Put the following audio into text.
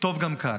טוב גם כאן.